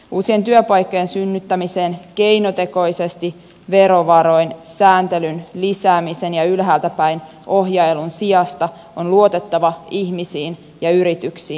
uusien työpaikkojen synnyttämiseen keinotekoisesti verovaroin sääntelyn lisäämisen ja ylhäältäpäin ohjailun sijasta on luotettava ihmisiin ja yrityksiin